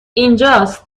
اینجاس